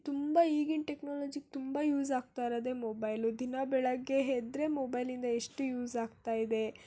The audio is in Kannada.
ತುಂಬ ಈಗಿನ ಟೆಕ್ನಾಲಜಿಗೆ ತುಂಬ ಯೂಸ್ ಆಗ್ತಾ ಇರೋದೇ ಮೊಬೈಲು ದಿನ ಬೆಳಗ್ಗೆ ಎದ್ರೆ ಮೊಬೈಲಿಂದ ಎಷ್ಟು ಯೂಸ್ ಆಗ್ತಾ ಇದೆ